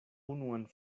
unuan